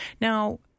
Now